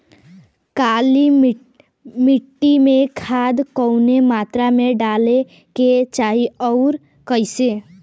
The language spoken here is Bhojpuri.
काली मिट्टी में खाद कवने मात्रा में डाले के चाही अउर कइसे?